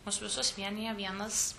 mus visus vienija vienas